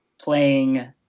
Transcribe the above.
playing